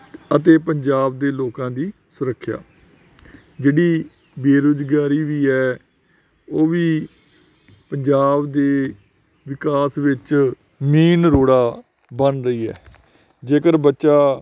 ਅਤੇ ਪੰਜਾਬ ਦੇ ਲੋਕਾਂ ਦੀ ਸੁਰੱਖਿਆ ਜਿਹੜੀ ਬੇਰੁਜ਼ਗਾਰੀ ਵੀ ਹੈ ਉਹ ਵੀ ਪੰਜਾਬ ਦੇ ਵਿਕਾਸ ਵਿੱਚ ਮੇਨ ਰੋੜਾ ਬਣ ਰਹੀ ਹੈ ਜੇਕਰ ਬੱਚਾ